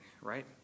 Right